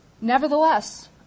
Nevertheless